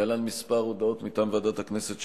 להלן כמה הודעות מטעם ועדת הכנסת,